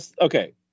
okay